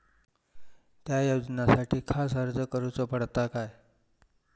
त्या योजनासाठी खास अर्ज करूचो पडता काय?